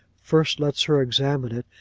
first lets her examine it,